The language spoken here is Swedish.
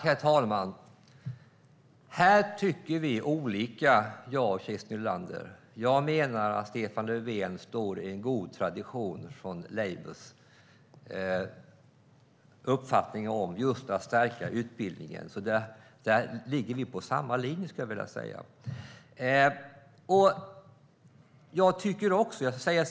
Herr talman! Här tycker vi olika, jag och Christer Nylander. Jag menar att Stefan Löfven står i en god tradition när det gäller Labours uppfattning om just att stärka utbildningen. Där ligger vi på samma linje, skulle jag vilja säga.